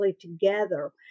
together